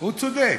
הוא צודק,